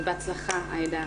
ובהצלחה עאידה.